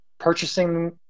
Purchasing